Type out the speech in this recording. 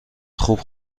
خوب